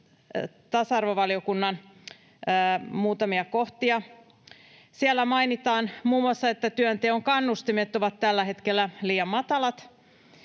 tasa-arvovaliokunnan muutamia kohtia. Siellä mainitaan muun muassa, että työnteon kannustimet ovat tällä hetkellä liian matalat,